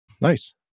Nice